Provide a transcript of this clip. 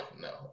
no